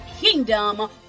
kingdom